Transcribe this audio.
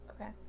Okay